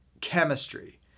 chemistry